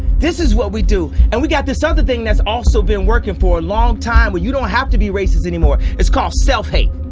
this is what we do and we got this other thing that's also been working for a long time when you don't have to be racist anymore. it's called self hate.